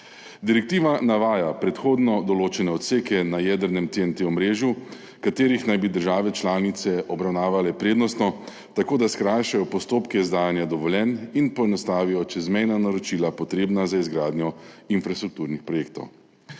Direktiva navaja predhodno določene odseke na jedrnem omrežju TEN-T, ki naj bi jih države članice obravnavale prednostno tako, da skrajšajo postopke izdajanja dovoljenj in poenostavijo čezmejna naročila, potrebna za izgradnjo infrastrukturnih projektov.